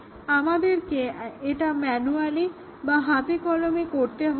আমাদেরকে এটা ম্যানুয়ালি বা হাতে কলমে করতে হবে না